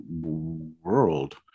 world